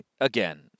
again